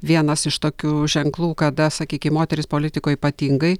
vienas iš tokių ženklų kada sakykim moteris politikoj ypatingai